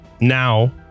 Now